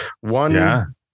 one